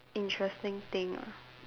interesting thing ah